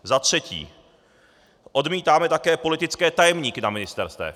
Za třetí, odmítáme také politické tajemníky na ministerstvech.